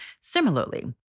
Similarly